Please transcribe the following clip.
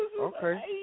Okay